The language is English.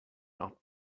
not